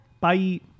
Bye